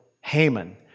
Haman